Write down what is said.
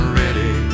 ready